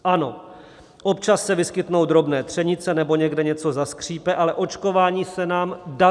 Ano, občas se vyskytnou drobné třenice nebo někde něco zaskřípe, ale očkování se nám daří.